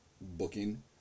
booking